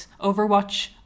overwatch